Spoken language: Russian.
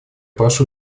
прошу